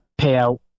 payout